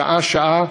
שעה-שעה,